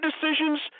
decisions